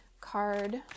card